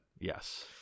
yes